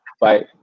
Bye